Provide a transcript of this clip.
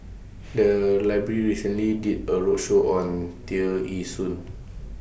The Library recently did A roadshow on Tear Ee Soon